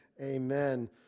Amen